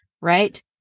Right